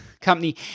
company